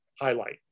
highlight